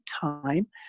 time